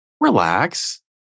Relax